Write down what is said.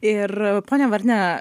ir ponia varne